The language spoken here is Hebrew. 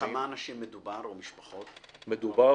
בכמה אנשים או משפחות מדובר?